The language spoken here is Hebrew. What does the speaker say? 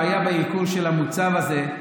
שהבעיה בייקור של המוצר הזה היא,